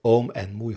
om en oei